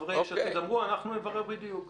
חברי יש עתיד אמרו, אנחנו נברר בדיוק.